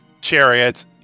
chariot